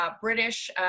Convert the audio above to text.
British